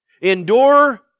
Endure